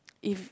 if